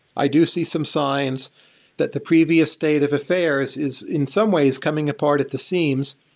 i do see some signs that the previous state of affairs is, in some ways, coming apart at the seams.